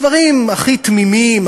דברים הכי תמימים,